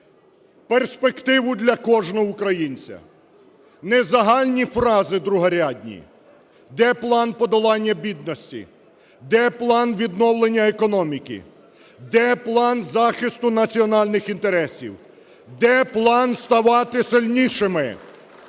перспективу для кожного українця. Не загальні фрази другорядні! Де план подолання бідності, де план відновлення економіки, де план захисту національних інтересів, де план ставати сильнішими?